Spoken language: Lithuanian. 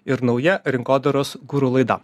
ir nauja rinkodaros guru laida